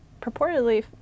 purportedly